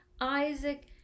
Isaac